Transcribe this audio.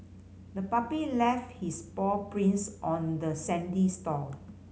the puppy left his paw prints on the sandy shore